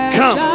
come